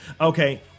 Okay